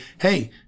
hey